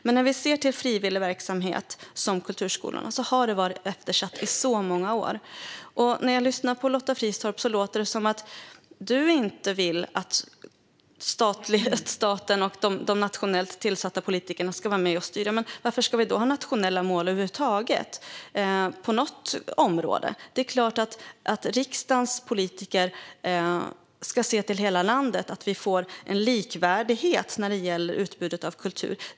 Men frivillig verksamhet, som kulturskolorna, har i många år varit eftersatt. När jag lyssnar på dig, Lotta Finstorp, låter det som att du inte vill att staten och de nationellt tillsatta politikerna ska vara med och styra. Men varför ska vi då ha nationella mål på något område över huvud taget? Det är klart att riksdagens politiker ska se till hela landet och se till att vi får en likvärdighet när det gäller utbudet av kultur.